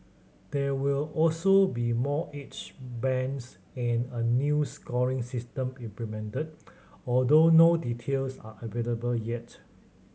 there will also be more age bands and a new scoring system implemented although no details are available yet